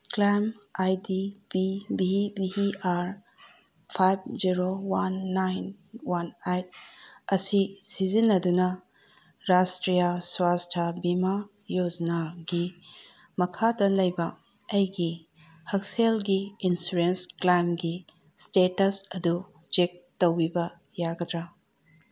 claim I D P V V R five zero one nine one eight ꯑꯁꯤ ꯁꯤꯖꯤꯟꯅꯗꯨꯅ ꯔꯥꯁꯇ꯭ꯔꯤꯌꯥ ꯁ꯭ꯋꯥꯁꯊ ꯚꯤꯃꯥ ꯌꯣꯖꯅꯥꯒꯤ ꯃꯈꯥꯗ ꯂꯩꯕ ꯑꯩꯒꯤ ꯍꯛꯁꯦꯜꯒꯤ ꯏꯟꯁꯨꯔꯦꯟꯁ ꯀ꯭ꯂꯦꯝꯒꯤ ꯏꯁꯇꯦꯇꯁ ꯑꯗꯨ ꯆꯦꯛ ꯇꯧꯕꯤꯕ ꯌꯥꯒꯗ꯭ꯔꯥ